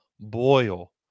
boil